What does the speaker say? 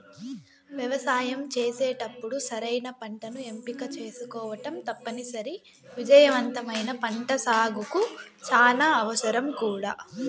వ్యవసాయం చేసేటప్పుడు సరైన పంటను ఎంపిక చేసుకోవటం తప్పనిసరి, విజయవంతమైన పంటసాగుకు చానా అవసరం కూడా